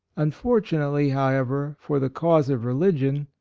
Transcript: unfortunately, however, for the cause of religion,